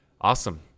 Awesome